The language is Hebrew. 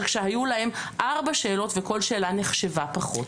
שהיו להם ארבע שאלות וכל שאלה נחשבה פחות.